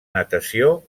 natació